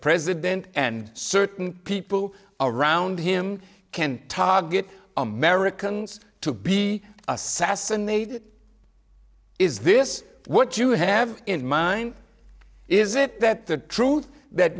president and certain people around him can target americans to be assassinated is this what you have in mind is it that the truth that